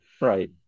Right